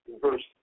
Verse